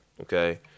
Okay